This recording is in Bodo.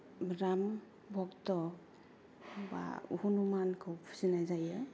राम भक्त' बा हनुमानखौ फुजिनाय जायो